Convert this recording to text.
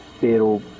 Pero